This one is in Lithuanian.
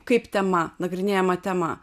kaip tema nagrinėjama tema